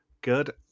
Good